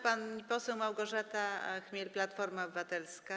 Pani poseł Małgorzata Chmiel, Platforma Obywatelska.